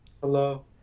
Hello